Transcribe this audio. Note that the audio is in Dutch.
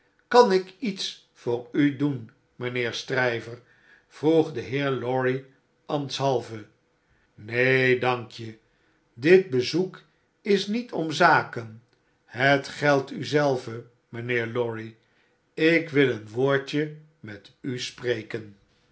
kan ik iets voor u doen mijnheer stryver vroeg de heer lorry ambtshalve een kiesch mensch neen dank je dit bezoek is met om zaken het geldt u zelven mynheer lorry ik wilde een woordje met u spreken